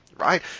right